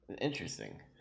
Interesting